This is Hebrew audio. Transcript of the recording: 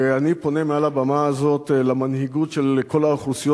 ואני פונה מעל הבמה הזאת למנהיגות של כל האוכלוסיות